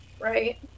right